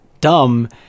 dumb